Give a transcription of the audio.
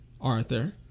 Arthur